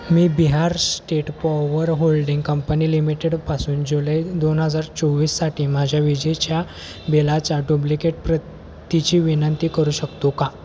मी Bihar state power holding company लिमिटेडपासून जुलै दोन हजार चोवीससाठी माझ्या विजेच्या बिलाचा डुब्लिकेट प्रतीची विनंती करू शकतो का